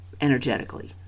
energetically